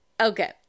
okay